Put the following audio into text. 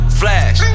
flash